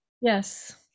Yes